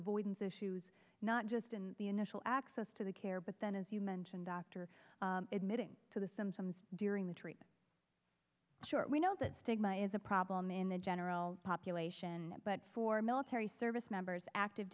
avoidance issues not just in the initial access to the care but then as you mentioned dr admitting to the sometimes during the treatment short we know that stigma is a problem in the general population but for military service members active